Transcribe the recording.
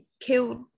killed